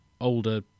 older